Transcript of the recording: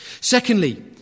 Secondly